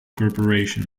corporation